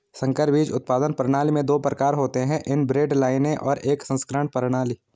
संकर बीज उत्पादन प्रणाली में दो प्रकार होते है इनब्रेड लाइनें और एक संकरण प्रणाली